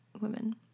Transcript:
women